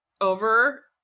over